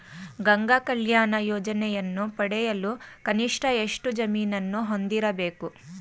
ಗಂಗಾ ಕಲ್ಯಾಣ ಯೋಜನೆಯನ್ನು ಪಡೆಯಲು ಕನಿಷ್ಠ ಎಷ್ಟು ಜಮೀನನ್ನು ಹೊಂದಿರಬೇಕು?